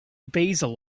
basil